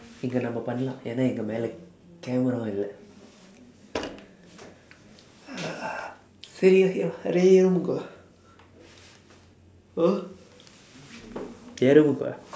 இங்க நம்ம பண்ணலா ஏன்னா இங்க மேலே:ingka namma pannalaa eennaa ingka meelee cameralaa இல்ல:illa சரி:sari !huh! இறங்குப்பா:irangkuppaa